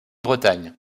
bretagne